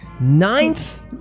Ninth